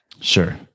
Sure